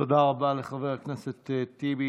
תודה רבה לחבר הכנסת טיבי.